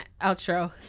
outro